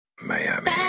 Miami